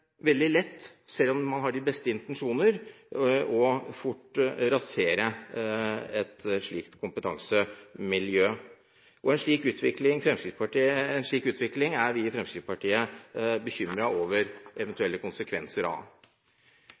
veldig lett, selv om man har de beste intensjoner, fort å rasere et slikt kompetansemiljø. En slik utvikling er vi i Fremskrittspartiet bekymret over eventuelle konsekvenser av.